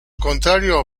contrario